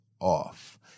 off